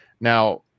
Now